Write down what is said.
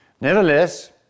Nevertheless